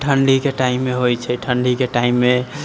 ठण्डीके टाइममे होइ छै ठण्डीके टाइममे